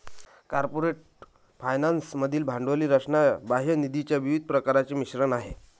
corporate finance मधील भांडवली रचना बाह्य निधीच्या विविध प्रकारांचे मिश्रण आहे